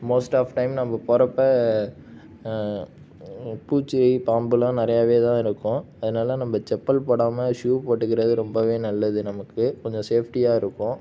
most of time நம்ம போறப்போ பூச்சி பாம்பு எல்லாம் நிறையவேதான் இருக்கும் அதனால நம்ப செப்பல் போடாம ஷூ போட்டுக்குறது ரொம்பவே நல்லது நமக்கு கொஞ்சம் சேஃப்டியாக இருக்கும்